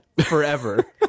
forever